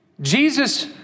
Jesus